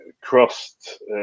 crossed